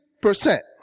percent